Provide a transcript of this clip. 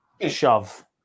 shove